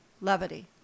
levity